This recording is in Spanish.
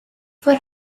fue